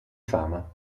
fama